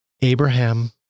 Abraham